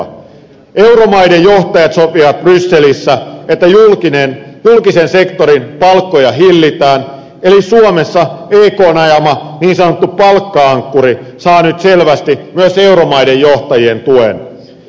euromaiden johtajat sopivat brysselissä että julkisen sektorin palkkoja hillitään eli suomessa ekn ajama niin sanottu palkka ankkuri saa nyt selvästi myös euromaiden johtajien tuen